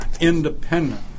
independent